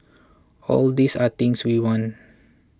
all these are things we want